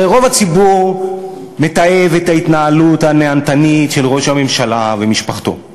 הרי רוב הציבור מתעב את ההתנהלות הנהנתנית של ראש הממשלה ומשפחתו.